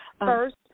first